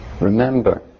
remember